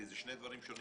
זה שני דברים שונים.